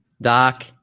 Doc